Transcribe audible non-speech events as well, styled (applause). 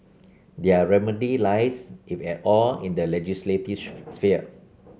their remedy lies if at all in the legislative (unintelligible) sphere